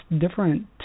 different